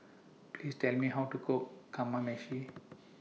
Please Tell Me How to Cook Kamameshi